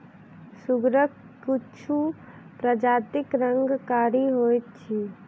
सुगरक किछु प्रजातिक रंग कारी होइत अछि